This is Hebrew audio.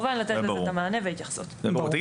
יצחק, עוד שאלה אחרונה.